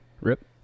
Rip